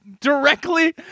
directly